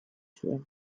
zuen